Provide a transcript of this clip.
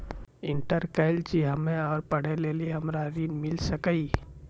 Inter केल छी हम्मे और पढ़े लेली हमरा ऋण मिल सकाई?